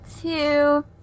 two